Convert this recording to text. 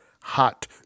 hot